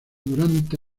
durante